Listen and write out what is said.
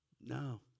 No